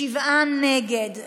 שבעה נגד.